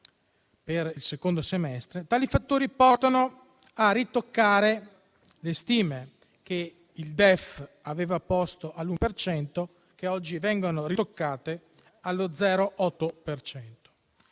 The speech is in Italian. per il secondo semestre, tali fattori portano a ritoccare le stime che il DEF aveva posto all'uno per cento, che oggi vengono ritoccate allo 0,8